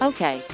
Okay